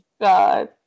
god